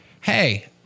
Hey